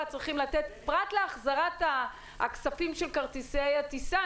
צריכות לתת פרט להחזרת הכספים של כרטיסי הטיסה.